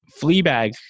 Fleabag